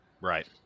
Right